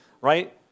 right